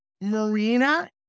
Marina